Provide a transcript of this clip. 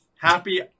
happy